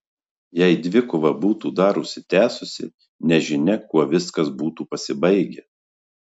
jei dvikova būtų dar užsitęsusi nežinia kuo viskas būtų pasibaigę